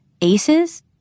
aces